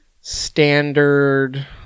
standard